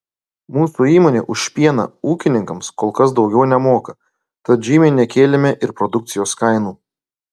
mūsų įmonė už pieną ūkininkams kol kas daugiau nemoka tad žymiai nekėlėme ir produkcijos kainų